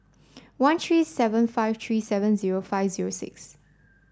one three seven five three seven zero five zero six